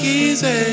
easy